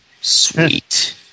Sweet